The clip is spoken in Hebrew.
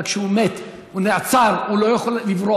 רק כשהוא מת, הוא נעצר, הוא לא יכול לברוח,